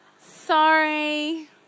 Sorry